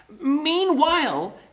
Meanwhile